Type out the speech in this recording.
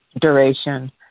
duration